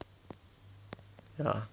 ya